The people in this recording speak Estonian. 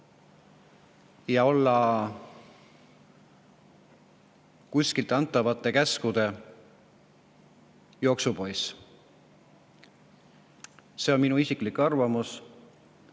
ja olla kuskilt antavate käskude jooksupoiss. See on minu isiklik arvamus.